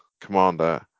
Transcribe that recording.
commander